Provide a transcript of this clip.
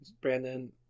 Brandon